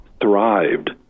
thrived